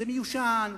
זה מיושן,